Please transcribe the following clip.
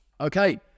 Okay